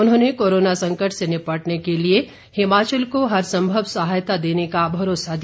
उन्होंने कोरोना संकट से निपटने के लिए हिमाचल को हर संभव सहायता देने का भरोसा दिया